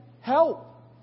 help